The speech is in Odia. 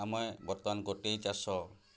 ଆମେ ବର୍ତ୍ତମାନ ଗୋଟେ ଚାଷ